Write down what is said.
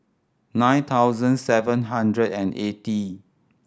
nine thousand seven hundred and eighty